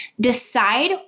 decide